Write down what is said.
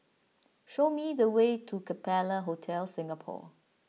show me the way to Capella Hotel Singapore